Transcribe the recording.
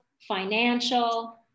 financial